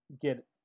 get